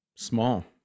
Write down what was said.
Small